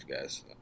guys